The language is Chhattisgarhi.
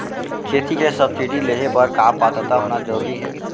खेती के सब्सिडी लेहे बर का पात्रता होना जरूरी हे?